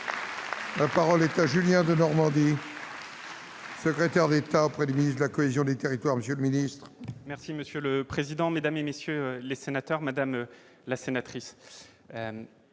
La parole est à M. le secrétaire d'État auprès du ministre de la cohésion des territoires.